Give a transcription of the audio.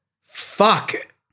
fuck